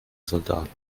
soldaten